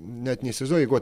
net neįsivaizduoji jeigu vat